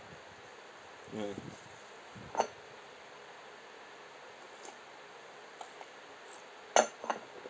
mm